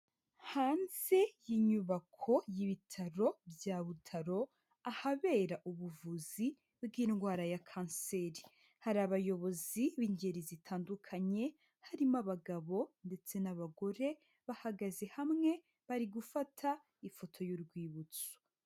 Hafi y'inyubako y'ibitaro bya Butaro, ahabera ubuvuzi bw'indwara ya Kanseri. Hari abayobozi b'ingeri zitandukanye, harimo abagabo ndetse n'abagore. Bahagaze hamwe, bari gufata ifoto y'urwibutso.